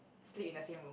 sleep in the same room